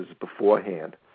beforehand